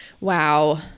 wow